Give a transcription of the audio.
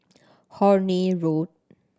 Horne Road